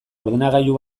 ordenagailu